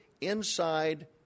inside